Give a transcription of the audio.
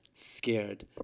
Scared